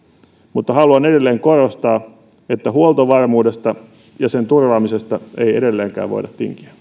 mutta haluan edelleen korostaa että huoltovarmuudesta ja sen turvaamisesta ei edelleenkään voida